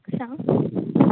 सांग